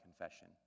confession